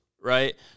Right